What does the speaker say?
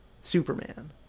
Superman